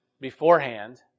beforehand